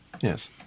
Yes